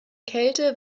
kälte